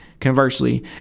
conversely